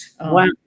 wow